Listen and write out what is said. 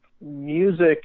music